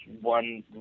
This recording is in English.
one